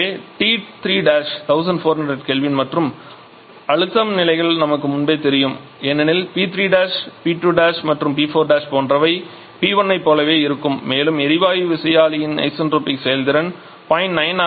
எனவே T3 1400 K மற்றும் அழுத்தம் நிலைகள் நமக்கு முன்பே தெரியும் ஏனெனில் P3 P 2 மற்றும் P 4 போன்றவை P 1 ஐப் போலவே இருக்கும் மேலும் எரிவாயு விசையாழியின் ஐசென்ட்ரோபிக் செயல்திறன் 0